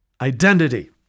identity